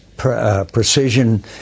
precision